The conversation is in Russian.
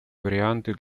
варианты